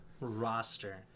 roster